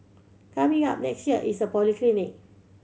coming up next year is a polyclinic